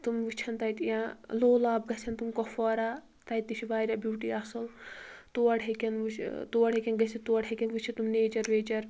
تِم وُچھن تتہِ یا لُولاب گژھن تِم کُپوارہ تتہِ تہِ چھِ واریاہ بِیوٹِی ا صل تور ہیٚکن وُچھ تۄر ہیٚکن گٔژھتھ تور ہیِٚکن وُچھتھ تِم نیچر ویچر